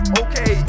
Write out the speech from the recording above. okay